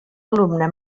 alumne